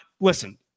Listen